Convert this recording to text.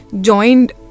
joined